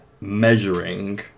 measuring